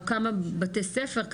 או כמה בתי ספר,